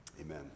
Amen